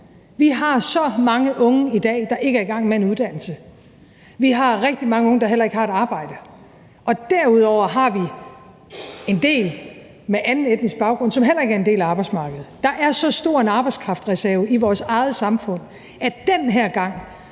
Vi har så mange unge i dag, der ikke er i gang med en uddannelse, vi har rigtig mange unge, der heller ikke har et arbejde, og derudover har vi en del med anden etnisk baggrund, som heller ikke er en del af arbejdsmarkedet. Der er så stor en arbejdskraftreserve i vores eget samfund, at den her gang